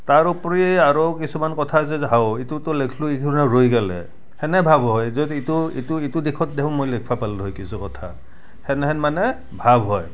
তাৰ ওপৰি আৰু কিছুমান কথা হৈছে যে হাও এইটোতো লিখলোঁ এইটো ৰৈ গেলে সেনে ভাৱ হয় যদি ইটো ইটো ইটো দেখোন মই লিখিব পাৰিলোঁ হয় কিছু কথা সেনেহেন মানে ভাৱ হয়